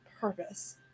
purpose